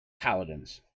paladins